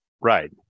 right